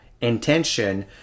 intention